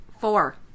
Four